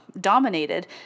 dominated